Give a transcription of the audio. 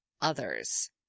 others